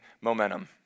momentum